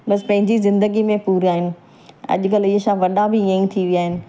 बसि पंहिंजी ज़िंदगी में पूरा आहियूं अॼुकल्ह इहे छा वॾा बि हीअंई थि विया आहिनि